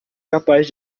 capaz